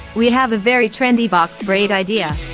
we have a very trendy box braid idea.